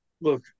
look